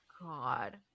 god